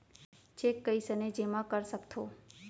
Cheque कईसने जेमा कर सकथो?